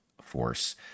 force